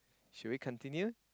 should we continue